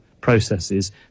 processes